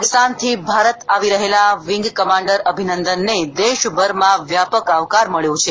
પાકિસ્તાનથી ભારત આવી રહેલા wing commander અભિનંદનને દેશભરમાં વ્યાપક આવકાર મળ્યો છે